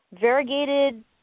variegated